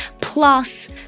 Plus